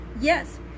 Yes